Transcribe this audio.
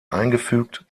eingefügt